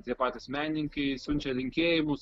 tie patys menininkai siunčia linkėjimus